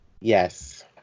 Yes